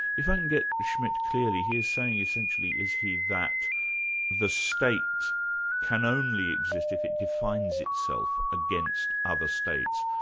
if i can get schmitt clearly, he is saying essentially is he, that the state can only exist if it defines itself against other states.